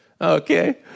Okay